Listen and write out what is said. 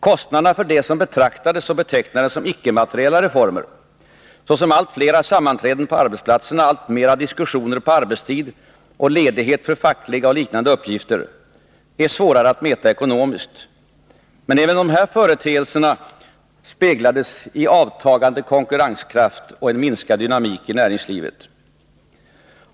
Kostnaderna för det som betraktades och betecknades som icke-materiella reformer, såsom allt flera sammanträden på arbetsplatserna, alltmer av diskussioner på arbetstid och ledighet för fackliga och liknande uppgifter, är svårare att mäta ekonomiskt, men även dessa företeelser avspeglades i avtagande konkurrenskraft och en minskad dynamik i näringslivet.